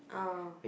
oh